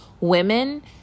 women